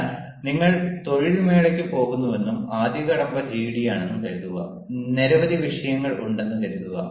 എന്നാൽ നിങ്ങൾ ഒരു തൊഴിൽ മേളയ്ക്ക് പോകുന്നുവെന്നും ആദ്യ കടമ്പ ജിഡിയാണെന്നും കരുതുക നിരവധി വിഷയങ്ങൾ ഉണ്ടെന്ന് കരുതുക